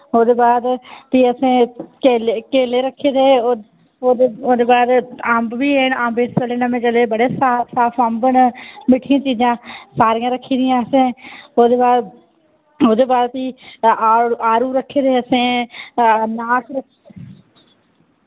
ओह्दे बाद फ्ही असें केले केले रक्खे दे ओह्दे ओह्दे बाद अम्ब बी हैन अम्ब इस बेल्लै नमें चले दे बड़े साफ साफ अम्ब न मिट्ठियां चीजां सारियां रक्खी दियां असें ओह्दे बाद ओह्दे बाद फ्ही आड़ू आड़ू रक्खे दे असें नाख रक्खी